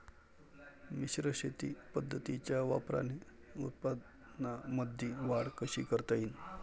मिश्र शेती पद्धतीच्या वापराने उत्पन्नामंदी वाढ कशी करता येईन?